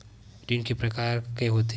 ऋण के प्रकार के होथे?